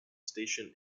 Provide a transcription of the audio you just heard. station